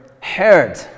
heard